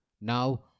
Now